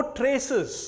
traces